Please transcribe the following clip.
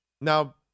Now